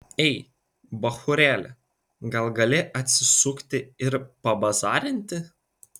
ei bachūrėli gal gali atsisukti ir pabazarinti